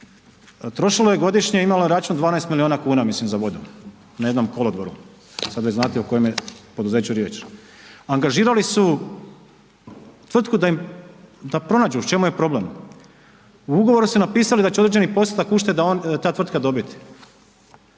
trošilo je godišnje, imalo je račun 12 milijuna kuna mislim za vodu, na jednom kolodvoru, sad već znate o kojem je poduzeću riječ. Angažirali su tvrtku da im, da pronađu u čemu je problem. U ugovoru su napisali da će određeni postotak ušteda ta tvrtka dobiti,